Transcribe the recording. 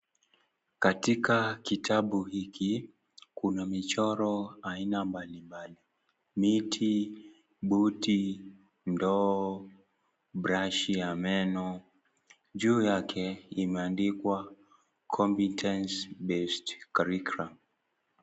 Katika kitabu hiki, kuna michoro aina mbalimbali, miti, buti, ndoo, brashi ya meno, juu yake imeandikwa competence based curriculum .